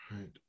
right